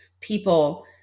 people